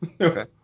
Okay